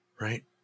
Right